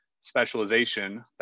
specialization